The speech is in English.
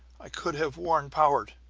i could have warned powart!